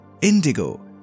indigo